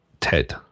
TED